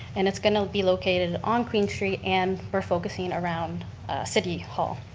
and it's going to be located on queen street and we're focusing around city hall.